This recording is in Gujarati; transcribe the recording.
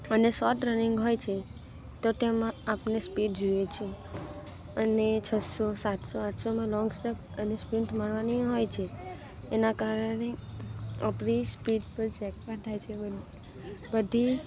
અને શોર્ટ રનિંગ હોય છે તો તેમાં આપને સ્પીડ જોઈએ છે અને છસો સાતસો આઠસોમાં લોંગ સ્ટેપ અને સપ્રિન્ટ મારવાની હોય છે એના કારણે આપણી સ્પીડ પણ બધી